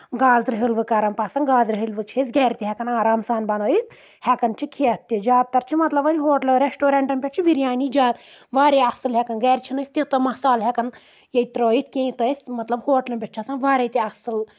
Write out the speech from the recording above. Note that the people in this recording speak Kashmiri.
گازرِ حلوٕ کران پَسنٛد گازرِ حٔلوٕ چھِ أسۍ گرِ تہِ ہؠکان آرام سان بنٲیِتھ ہؠکان چھِ کھؠتھ تہِ زیادٕ تَر چھِ مطلب وۄنۍ ہوٹل ریسٹورنٹَن پؠٹھ چھِ بِریانی زیادٕ واریاہ اَصٕل ہؠکان گرِ چھُنہٕ أسۍ توٗتاہ مسالہٕ ہؠکَان ییٚتہِ ترٲیِتھ کِہیٖنۍ یوٗتاہ أسۍ مطلب ہوٹلَن پؠٹھ چھِ آسان واریاہ تہِ اَصٕل